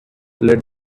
let